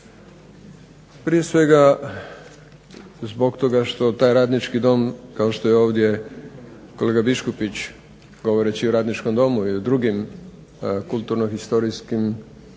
Prije svega zbog toga što taj radnički dom, kao što je ovdje kolega Biškupić, govoreći o radničkom domu i o drugim kulturno historijskim